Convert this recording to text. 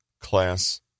class